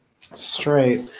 straight